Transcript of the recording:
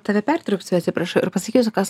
tave pertrauksiu atsiprašau ir pasakysiu kas